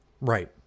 Right